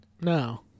No